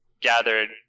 gathered